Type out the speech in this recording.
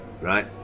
Right